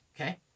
Okay